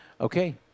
Okay